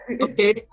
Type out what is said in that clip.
okay